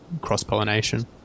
cross-pollination